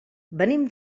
venim